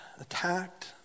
attacked